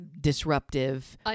disruptive